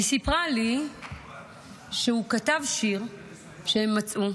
והיא סיפרה לי שהוא כתב שיר שהם מצאו,